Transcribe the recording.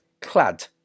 clad